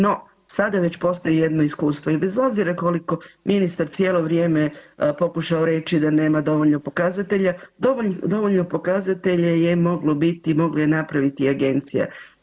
No sada već postoji jedno iskustvo jer bez obzira koliko je ministar cijelo vrijeme pokušao reći da nema dovoljno pokazatelja, dovoljno pokazatelja je moglo biti, mogla je napraviti i agencija.